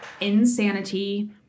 insanity